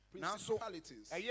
principalities